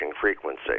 frequency